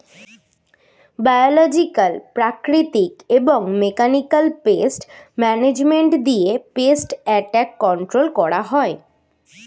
biological, প্রাকৃতিক এবং mechanical pest management দিয়ে পেস্ট অ্যাটাক কন্ট্রোল করা হয়